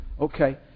Okay